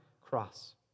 cross